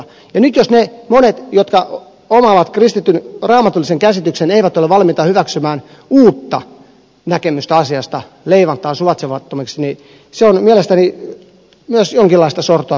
nyt jos ne monet jotka omaavat kristityn raamatullisen käsityksen eivätkä ole valmiita hyväksymään uutta näkemystä asiasta leimataan suvaitsemattomiksi se on mielestäni jonkinlaista sortoa sekin